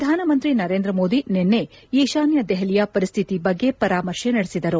ಪ್ರಧಾನಮಂತ್ರಿ ನರೇಂದ್ರ ಮೋದಿ ನಿನ್ನೆ ಈಶಾನ್ನ ದೆಹಲಿಯ ಪರಿಸ್ಥಿತಿ ಬಗ್ಗೆ ಪರಾಮರ್ಶೆ ನಡೆಸಿದರು